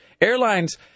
airlines